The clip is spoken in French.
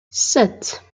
sept